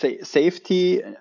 safety